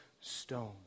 stone